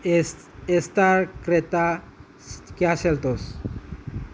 A star Creta Kia Seltos